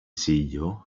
ζήλιω